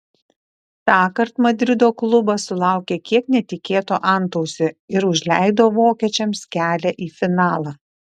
tąkart madrido klubas sulaukė kiek netikėto antausio ir užleido vokiečiams kelią į finalą